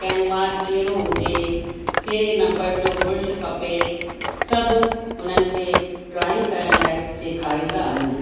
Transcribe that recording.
canvas कहिड़ो हुजे कहिड़े नम्बर जो ब्रुश खपे सभु उन्हनि खे ड्रॉइंग करण लाइ सेखारींदा आहियूं